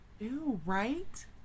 Right